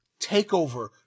TakeOver